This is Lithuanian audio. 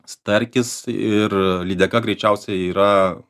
starkis ir lydeka greičiausiai yra